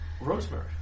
Rosemary